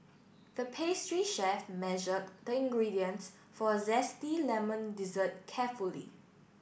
the pastry chef measured the ingredients for a zesty lemon dessert carefully